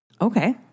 Okay